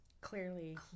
clearly